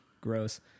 Gross